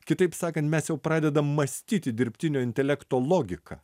kitaip sakant mes jau pradedam mąstyti dirbtinio intelekto logika